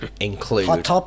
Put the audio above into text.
include